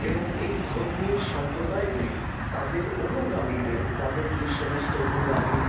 এবং এই ধর্মীয় সম্প্রদায়গুলি তাদের অনুগামীদের তাদের যে সমস্ত অনুগামী